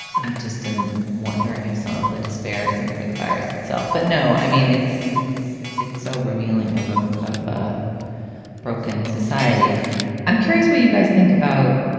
i just am wondering if some of the despair isn't for the virus itself. but no, i mean, it's it's it's so revealing of ah of a broken society i'm curious what you guys think about